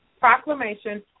proclamation